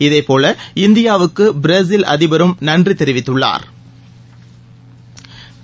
இதேபோல இந்தியாவுக்கு பிரேசில் அதிபரும் நன்றி தெரிவித்துள்ளாா்